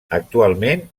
actualment